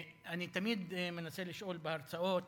אני תמיד מנסה לשאול בהרצאות: